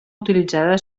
utilitzada